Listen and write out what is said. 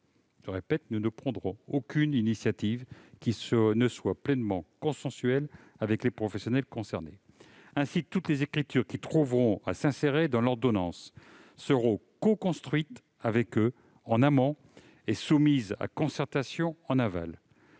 le répète : nous ne prendrons aucune initiative qui ne soit pleinement consensuelle avec les professionnels concernés. Ainsi, toutes les écritures qui trouveront place dans l'ordonnance seront coconstruites avec eux en amont et soumises à concertation en aval.